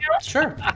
sure